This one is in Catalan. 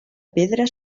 pedra